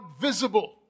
visible